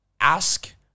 ask